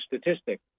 statistic